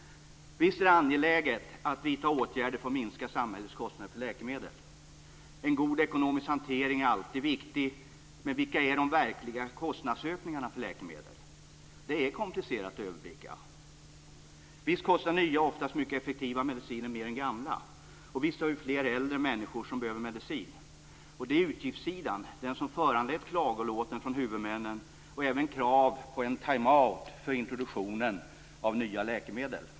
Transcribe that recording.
Visst är det angeläget att vidta åtgärder för att minska samhällets kostnader för läkemedel. En god ekonomisk hantering är alltid viktig, men vilka är de verkliga kostnadsökningarna för läkemedel? Det är komplicerat att överblicka. Visst kostar nya, oftast mycket effektiva, mediciner mer än gamla. Visst har vi fler äldre människor som behöver medicin. Det är utgiftssidan som föranlett klagolåten från huvudmännen och även krav på en time-out för introduktionen av nya läkemedel.